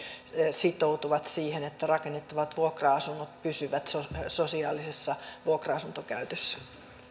sitoutuvat siihen että rakennettavat vuokra asunnot pysyvät sosiaalisessa vuokra asuntokäytössä